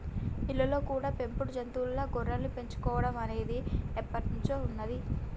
ఇళ్ళల్లో కూడా పెంపుడు జంతువుల్లా గొర్రెల్ని పెంచుకోడం అనేది ఎప్పట్నుంచో ఉన్నది